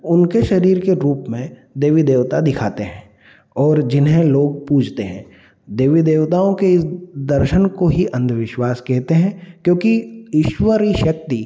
उनके शरीर के रूप में देवी देवता दिखाते हैं और जिन्हें लोग पूजते हैं देवी देवताओं के इस दर्शन को ही अंधविश्वास कहते हैं क्योंकि ईश्वरी शक्ति